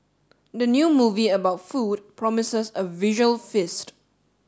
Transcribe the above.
the new movie about food promises a visual feast